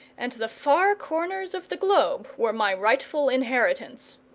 and the far corners of the globe were my rightful inheritance.